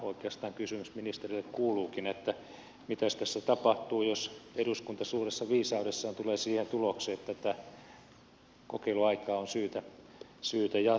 oikeastaan kysymys ministerille kuuluukin että mitä tässä tapahtuu jos eduskunta suuressa viisaudessaan tulee siihen tulokseen että tätä kokeiluaikaa on syytä jatkaa